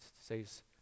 says